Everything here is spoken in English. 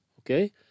okay